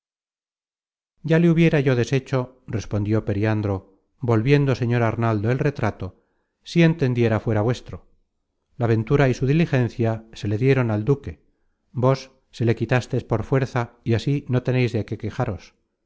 ya le hubiera yo deshecho respondió periandro volviendo señor arnaldo el retrato si entendiera fuera vuestro la ventura y su diligencia se le dieron al duque vos se le quitastes por fuerza y así no teneis de qué quejaros